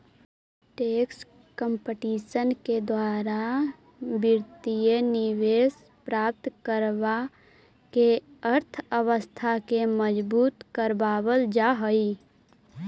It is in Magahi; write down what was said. टैक्स कंपटीशन के द्वारा वित्तीय निवेश प्राप्त करवा के अर्थव्यवस्था के मजबूत करवा वल जा हई